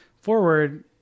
forward